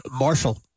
Marshall